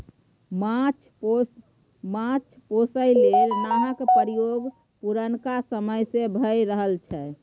माछ पोसय लेल नाहक प्रयोग पुरनका समय सँ भए रहल छै